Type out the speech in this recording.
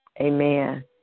Amen